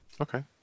Okay